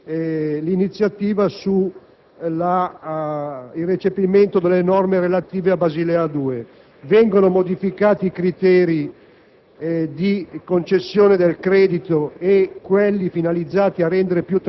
Sapete che l'Unione Europea è molto attenta a queste tematiche, quindi ritengo che c'era la necessità di intervenire anche attraverso l'emanazione di un decreto-legge.